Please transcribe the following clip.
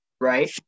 Right